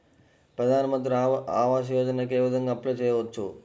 ప్రధాన మంత్రి ఆవాసయోజనకి ఏ విధంగా అప్లే చెయ్యవచ్చు?